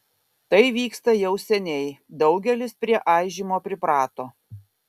tai vyksta jau seniai daugelis prie aižymo priprato